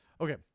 Okay